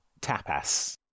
tapas